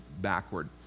backward